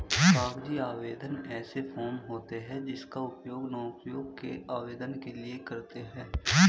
कागजी आवेदन ऐसे फॉर्म होते हैं जिनका उपयोग नौकरियों के आवेदन के लिए करते हैं